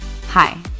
Hi